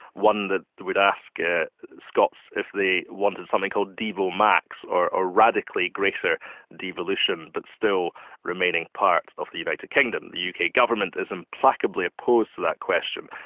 one that would ask ah scots if they wanted something called devo max, or or radically greater devolution but still remaining part of the united kingdom. the uk government is implacably opposed to that question,